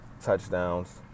touchdowns